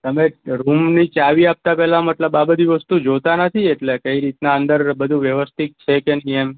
તમે રૂમની ચાવી આપતા પેલા મતલબ આ બધી વસ્તુ જોતાં નથી એટલે કઈ રીતના અંદર બધુ વ્યવસ્થિક છેકે નઇ એમ